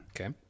Okay